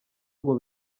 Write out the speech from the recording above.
ngo